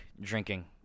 drinking